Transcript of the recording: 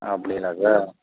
அப்படிங்களா சார்